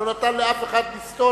לא נתן לאף אחד לסטות,